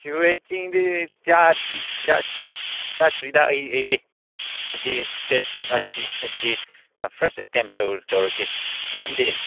ꯁꯤꯔꯣꯏ ꯆꯤꯡꯗꯤ ꯆꯠꯇ꯭ꯔꯤꯗ ꯑꯩꯗꯤ ꯉꯁꯤ ꯉꯁꯤ ꯑꯁꯤ ꯑꯥ ꯐꯥꯔꯁ ꯑꯦꯇꯦꯝ ꯇꯧꯔꯒꯦ ꯅꯪꯗꯤ